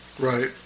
Right